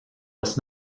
was